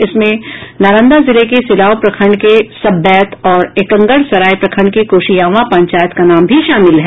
इसमें नालंदा जिले के सिलाव प्रखंड के सब्बैत और एकंगरसराय प्रखंड के कोशियावां पंचायत का नाम भी शामिल है